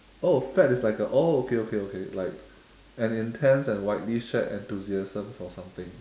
oh fad is like a oh okay okay okay like an intense and widely shared enthusiasm for something